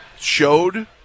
showed